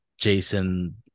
jason